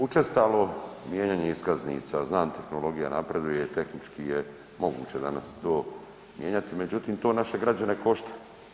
Učestalo mijenjanje iskaznica, znam tehnologija napreduje tehnički je moguće danas to mijenjat, međutim to naše građane košta.